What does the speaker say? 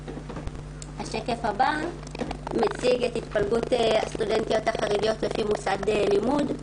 השקף הבא מציג את התפלגות הסטודנטיות החרדיות לפי מוסד לימוד.